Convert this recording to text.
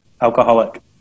alcoholic